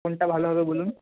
কোনটা ভালো হবে বলুন